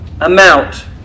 amount